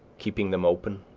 keeping them open,